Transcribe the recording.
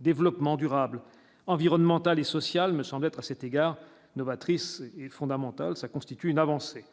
développement durable environnemental et social me semble être à cet égard novatrice fondamental, ça constitue une avancée,